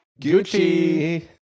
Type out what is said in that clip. Gucci